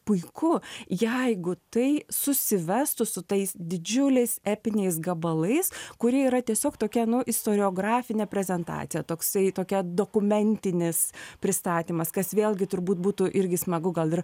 puiku jeigu tai susivestų su tais didžiuliais epiniais gabalais kurie yra tiesiog tokie nu istoriografinė prezentacija toksai tokia dokumentinis pristatymas kas vėlgi turbūt būtų irgi smagu gal ir